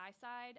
side